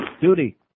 duty